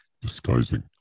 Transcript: disguising